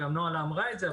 גם נועה לא אמרה את זה,